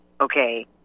okay